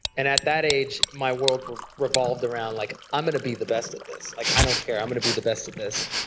and at that age my world revolved around like, i'm going to be the best at this, like i don't care, i'm going to be the best at this.